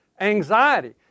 anxiety